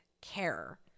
care